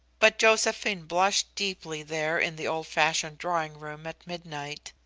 but josephine blushed deeply there in the old-fashioned drawing-room at midnight,